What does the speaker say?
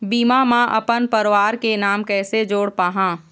बीमा म अपन परवार के नाम कैसे जोड़ पाहां?